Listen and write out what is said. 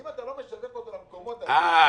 אם אתה לא משווק אותו למקומות האלה --- שהרגולטור,